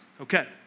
Okay